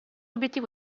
obiettivo